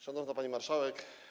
Szanowna Pani Marszałek!